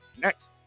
Next